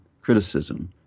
criticism